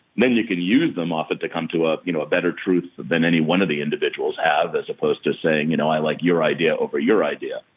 then you can use them often to come to a, you know, a better truth than any one of the individuals have as opposed to saying, you know, i like your idea over your idea.